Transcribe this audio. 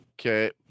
okay